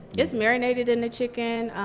it's marinated in the chicken.